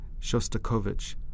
Shostakovich